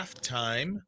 halftime